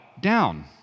down